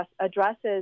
addresses